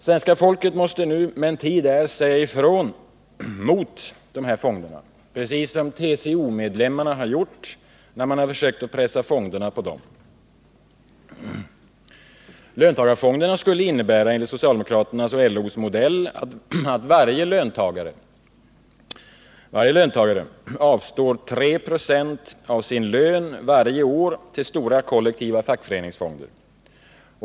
Svenska folket måste nu, medan tid är, säga ifrån mot dessa fonder, precis som TCO-medlemmarna har gjort när man försökt pressa på dem fonderna. Löntagarfonder enligt socialdemokraternas och LO:s modell skulle innebära att varje löntagare avstod 3 96 av sin lön varje år till stora kollektiva fackföreningsfonder.